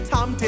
Tom